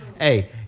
Hey